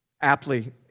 aptly